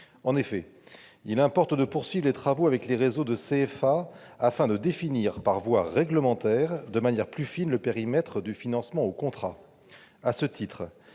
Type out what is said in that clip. En effet, il importe de poursuivre les travaux avec les réseaux de CFA afin de définir par voie réglementaire de manière plus fine le périmètre du financement au contrat.